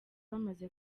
bamaze